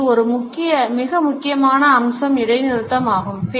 paralinguistics இல் ஒரு மிக முக்கியமான அம்சம் இடைநிறுத்தம் ஆகும்